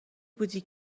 بودی